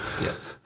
Yes